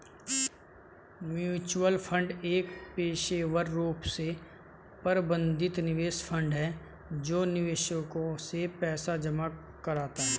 mutual fund एक पेशेवर रूप से प्रबंधित निवेश फंड है जो निवेशकों से पैसा जमा कराता है